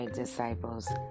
disciples